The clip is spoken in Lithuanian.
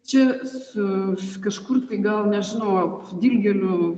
čia su kažkur tai gal nežinau dilgėlių